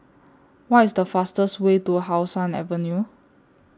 What IS The fastest Way to How Sun Avenue